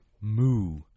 moo